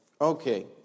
Okay